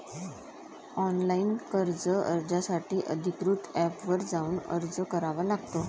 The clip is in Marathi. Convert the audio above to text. ऑनलाइन कर्ज अर्जासाठी अधिकृत एपवर जाऊन अर्ज करावा लागतो